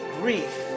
grief